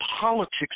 politics